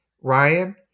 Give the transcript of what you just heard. Ryan